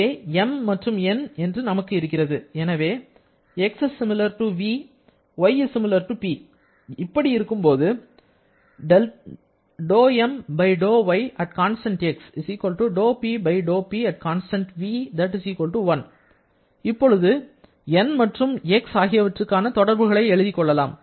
இங்கே M மற்றும் N என்று நமக்கு இருக்கிறது எனவே x ≡ v y ≡ P இப்படி இருக்கும்போது இப்போது N மற்றும் x ஆகியவற்றுக்கான தொடர்புகளை எழுதிக் கொள்ளலாம்